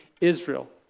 Israel